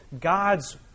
God's